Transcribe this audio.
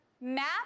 map